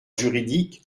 juridique